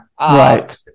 right